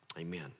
amen